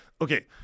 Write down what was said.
okay